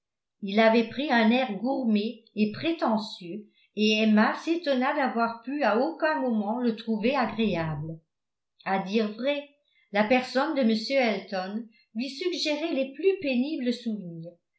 il avait pris un air gourmé et prétentieux et emma s'étonna d'avoir pu a aucun moment le trouver agréable à dire vrai la personne de m elton lui suggérait les plus pénibles